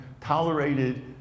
tolerated